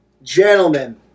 Gentlemen